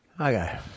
Okay